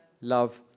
love